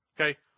Okay